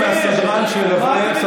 מה אתם מתביישים?